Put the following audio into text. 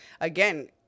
again